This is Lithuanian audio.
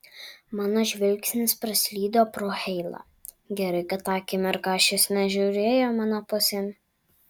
mano žvilgsnis praslydo pro heilą gerai kad tą akimirką šis nežiūrėjo mano pusėn